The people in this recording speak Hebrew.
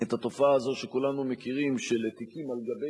את התופעה הזאת שכולנו מכירים של תיקים על גבי